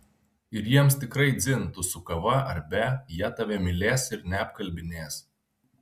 ir jiems tikrai dzin tu su kava ar be jie tave mylės ir neapkalbinės